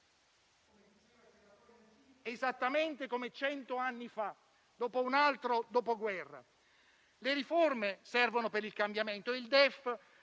esattamente come cento anni fa, dopo un altro Dopoguerra. Le riforme servono per il cambiamento e il DEF